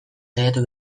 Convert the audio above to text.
saiatu